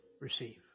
receive